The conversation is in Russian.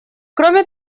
кроме